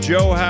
Joe